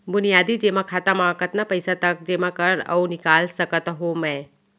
बुनियादी जेमा खाता म कतना पइसा तक जेमा कर अऊ निकाल सकत हो मैं?